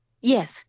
Yes